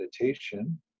meditation